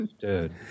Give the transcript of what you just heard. Dude